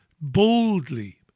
boldly